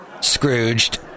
Scrooged